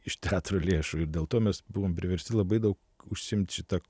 iš teatro lėšų ir dėl to mes buvom priversti labai daug užsiimti šita